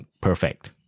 Perfect